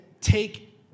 take